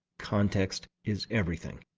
context is everything.